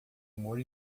humor